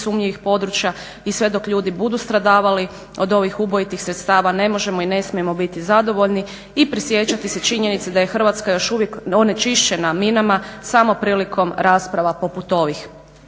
sumnjivih područja i sve dok ljudi budu stradavali od ovih ubojitih sredstava ne možemo i ne smijemo biti zadovoljni i prisjećati se činjenice da je Hrvatska još uvijek onečišćena minama samo prilikom rasprava poput ovih.